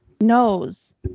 knows